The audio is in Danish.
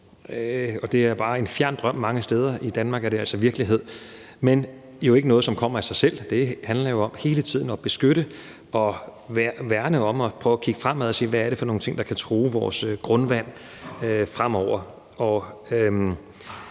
Det er bare en fjern drøm mange steder. I Danmark er det altså virkelighed. Men det er jo ikke noget, der kommer af sig selv. Det handler om hele tiden at beskytte og værne om det og prøve at kigge fremad og se på, hvad det er for nogle ting, der kan true vores grundvand fremover. Det